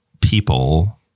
people